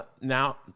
now